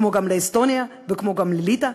כמו גם לאסטוניה וכמו גם לליטא.